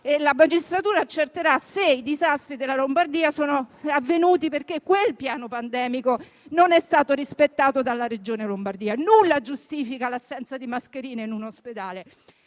la magistratura accerterà se i disastri della Lombardia sono avvenuti perché quel piano pandemico non è stato rispettato dalla Regione Lombardia. Nulla giustifica l'assenza di mascherine in un ospedale,